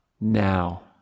Now